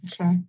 Okay